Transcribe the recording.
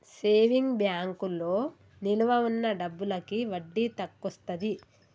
saving బ్యాంకులో నిలవ ఉన్న డబ్బులకి వడ్డీ తక్కువొస్తది